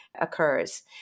occurs